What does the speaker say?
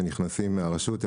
שנכנסים מהרשות,